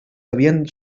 havien